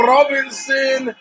Robinson